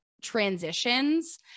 transitions